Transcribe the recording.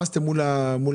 מה עשיתם מול העסקים?